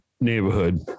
neighborhood